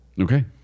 Okay